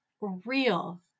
real